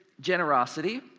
generosity